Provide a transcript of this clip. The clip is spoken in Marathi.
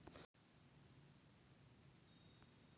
एका हेक्टरमंदी पेरलेल्या सोयाबीनले किती आवक झाली तं नफा मिळू शकन?